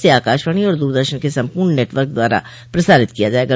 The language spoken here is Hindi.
इसे आकाशवाणी और दूरदर्शन के संपूर्ण नेटवर्क द्वारा प्रसारित किया जायेगा